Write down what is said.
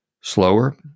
slower